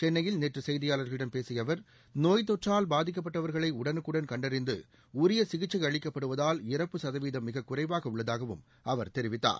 சென்னையில் நேற்று செய்தியாளர்களிடம் பேசிய அவர் நோய்த்தொற்றால் பாதிக்கப்பட்டவர்களை உடனுக்குடன் கண்டறிந்து உரிய சிகிச்சை அளிக்கப்படுவதால் இறப்பு சதவீதம் மிக குறைவாக உள்ளதாகவும் அவர் தெரிவித்தார்